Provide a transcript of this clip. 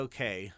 Okay